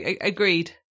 agreed